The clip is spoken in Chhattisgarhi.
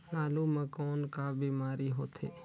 आलू म कौन का बीमारी होथे?